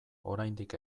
oraindik